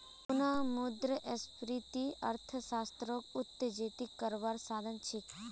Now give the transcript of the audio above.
पुनः मुद्रस्फ्रिती अर्थ्शाश्त्रोक उत्तेजित कारवार साधन छे